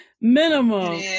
Minimum